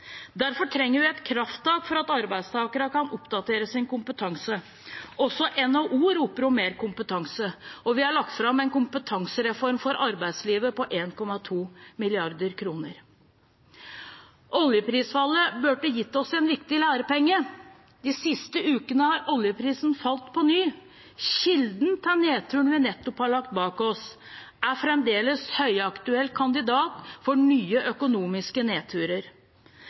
Derfor trenger vi et krafttak for at arbeidstakere kan oppdatere sin kompetanse. Også NHO roper om mer kompetanse. Vi har lagt fram en kompetansereform for arbeidslivet på 1,2 mrd. kr. Oljeprisfallet burde gitt oss en viktig lærepenge. De siste ukene har oljeprisen falt på ny. Kilden til nedturen vi nettopp har lagt bak oss, er fremdeles en høyaktuell kandidat for nye økonomiske nedturer.